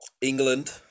England